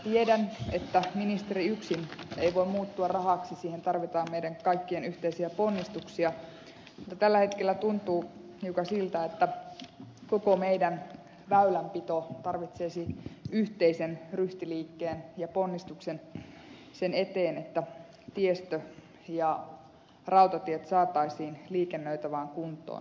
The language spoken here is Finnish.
tiedän että ministeri yksin ei voi muuttua rahaksi siihen tarvitaan meidän kaikkien yhteisiä ponnistuksia mutta tällä hetkellä tuntuu hiukan siltä että koko meidän väylänpitomme tarvitsisi yhteisen ryhtiliikkeen ja ponnistuksen sen eteen että tiestö ja rautatiet saataisiin liikennöitävään kuntoon